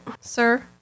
Sir